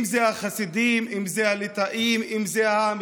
אם זה החסידים, אם זה הליטאים, אם זה המזרחים?